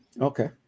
Okay